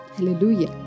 Hallelujah